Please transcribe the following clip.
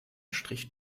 strich